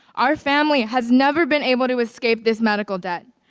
our family has never been able to escape this medical debt.